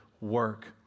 work